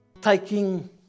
taking